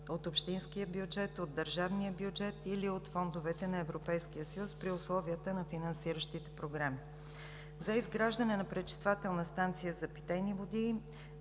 от общинския бюджет, от държавния бюджет или от фондовете на Европейския съюз при условията на финансиращите програми. За изграждане на пречиствателна станция за питейни води